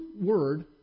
word